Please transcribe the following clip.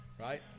Right